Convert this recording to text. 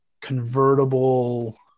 convertible